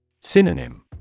Synonym